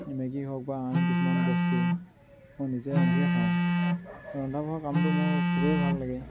Maggi হওক বা আন কিছুমান বস্তু মই নিজে ৰান্ধিয়ে খাওঁ ৰন্ধা বঢ়া কামটো মোৰ খুবেই ভাল লাগে